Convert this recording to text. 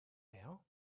now